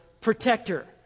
protector